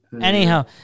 anyhow